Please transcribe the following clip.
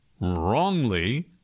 wrongly